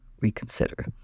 reconsider